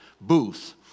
booth